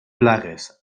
plagues